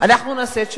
אנחנו נעשה את שלנו,